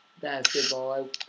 basketball